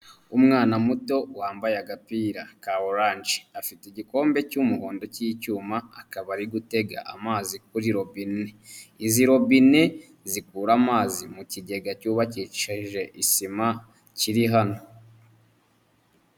Umwana muto wambaye agapira ka oranje, afite igikombe cy'umuhondo cy'icyuma, akaba ari gutega amazi kuri robine, izi robine zikura amazi mu kigega cyubakishije isima kiri hano.